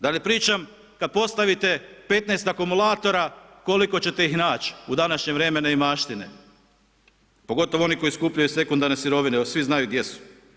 Da ne pričam kada postavite 15 akumulatora koliko ćete ih naći u današnje vrijeme neimaštine, pogotovo oni koji skupljaju sekundarne sirovine, svi znaju gdje su.